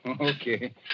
Okay